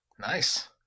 Nice